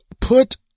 put